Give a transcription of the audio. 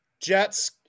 Jets